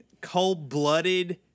cold-blooded